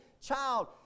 Child